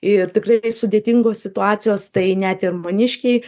ir tikrai sudėtingos situacijos tai net ir maniškiai